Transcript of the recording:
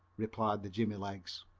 replied the jimmy-legs.